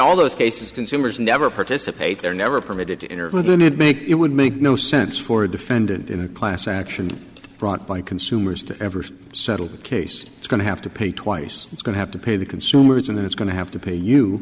all those cases consumers never participate they're never permitted to interview the need make it would make no sense for a defendant in a class action brought by consumers to ever settle the case it's going to have to pay twice it's going to have to pay the consumers and then it's going to have to pay you